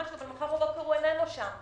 אבל הוא אינו שם,